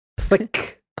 Thick